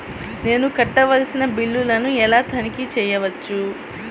నేను కట్టవలసిన బిల్లులను ఎలా తనిఖీ చెయ్యవచ్చు?